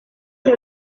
que